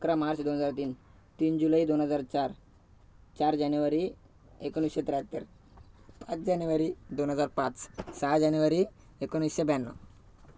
अकरा मार्च दोन हजार तीन तीन जुलै दोन हजार चार चार जानेवारी एकोणीसशे त्र्याहत्तर पाच जानेवारी दोन हजार पाच सहा जानेवारी एकोणीसशे ब्याण्णव